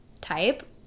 type